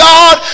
God